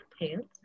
pants